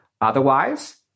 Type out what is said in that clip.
Otherwise